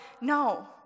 No